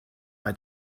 mae